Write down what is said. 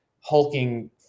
hulking